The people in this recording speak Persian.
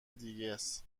دیگس